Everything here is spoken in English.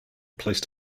placed